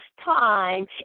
time